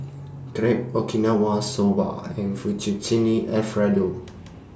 Crepe Okinawa Soba and Fettuccine Alfredo